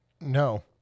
No